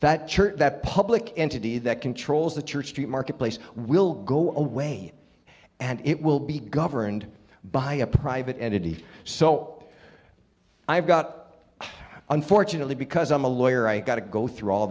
church that public entity that controls the church the marketplace will go away and it will be governed by a private entity so i've got unfortunately because i'm a lawyer i got to go through all